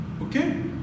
Okay